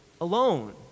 alone